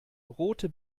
rote